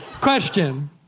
Question